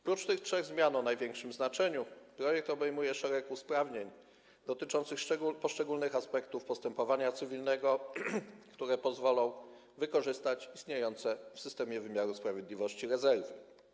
Prócz tych trzech zmian o największym znaczeniu projekt obejmuje szereg usprawnień dotyczących poszczególnych aspektów postępowania cywilnego, które pozwolą wykorzystać istniejące w systemie wymiaru sprawiedliwości rezerwy.